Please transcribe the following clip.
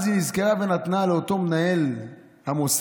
אז היא נזכרה ונתנה לאותו מנהל מוסד